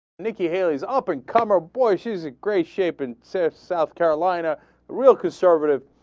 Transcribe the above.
nikki hailey is up and comer abortion is a great shape in said south carolina real conservative